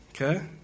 okay